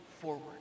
forward